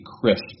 crisp